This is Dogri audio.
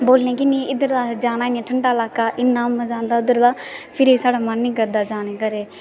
बोलदे नै की इन्ना ठंडा लाका ते मिगी इन्ना मज़ा आंदा उद्धर जाने दा फिर एह् साढ़ा मन निं करदा जानै ई घरै ई